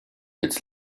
its